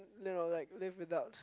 you know like live without